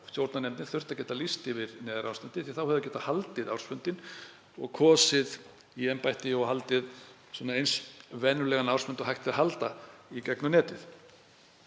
stjórnarnefndin þurft að geta lýst yfir neyðarástandi því að þá hefðum við getað haldið ársfundinn og kosið í embætti og haldið eins venjulegan ársfund og hægt er að halda í gegnum netið.